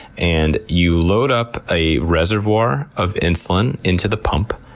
and you load up a reservoir of insulin into the pump,